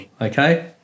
okay